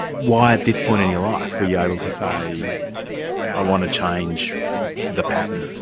why at this point in your life were you able to say i want to change the pattern?